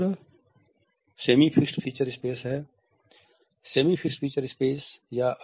दूसरा semi fixed feature space है